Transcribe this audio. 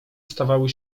stawały